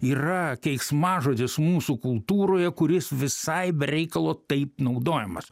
yra keiksmažodis mūsų kultūroje kuris visai be reikalo taip naudojamas